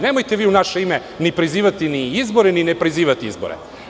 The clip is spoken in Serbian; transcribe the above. Nemojte vi u naše ime ni prizivati ni izbore ni ne prizivati izbore.